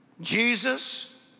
Jesus